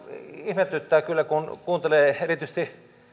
ihmetyttää kyllä kun kuuntelee erityisesti